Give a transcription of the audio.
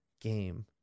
game